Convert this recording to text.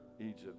Egypt